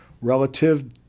relative